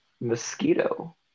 Mosquito